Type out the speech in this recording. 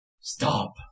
Stop